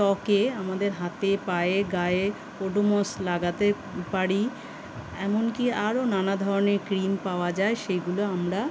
ত্বকে আমাদের হাতে পায়ে গায়ে ওডোমস লাগাতে পারি এমন কি আরও নানা ধরনের ক্রিম পাওয়া যায় সেইগুলো আমরা